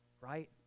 Right